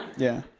yeah.